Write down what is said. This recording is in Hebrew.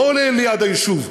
לא ליד היישוב,